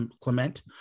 Clement